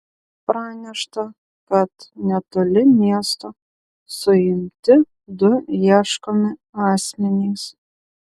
pranešta kad netoli miesto suimti du ieškomi asmenys